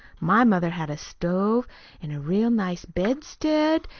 my mother had a stove an' a real nice bedstead,